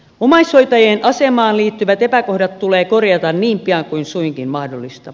omaishoitajien asemaan liittyvät epäkohdat tulee korjata niin pian kuin suinkin mahdollista